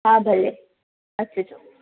हा भले अचिजो